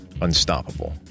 unstoppable